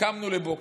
קמנו לבוקר,